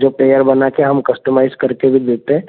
जो पेयर बना के हम कस्टमाइज़ करके भी देते हैं